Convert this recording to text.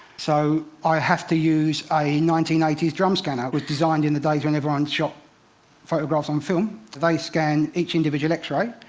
so, i have to use a nineteen eighty s drum scanner, which was designed in the days when everyone shot photographs on film. they scan each individual x-ray.